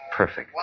perfect